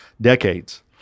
decades